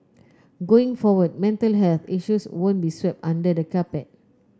going forward mental health issues won't be swept under the carpet